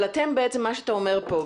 מה שאתה אומר פה,